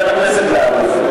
היושב-ראש.